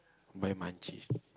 buy month cheese